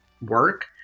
work